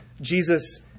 Jesus